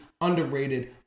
underrated